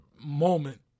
moment